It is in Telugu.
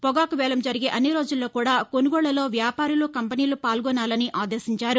పొగాకు వేలం జరిగే అన్ని రోజుల్లో కూడా కొనుగోళ్లలో వ్యాపారులు కంపెనీలు పాల్గొనాలని ఆదేశించారు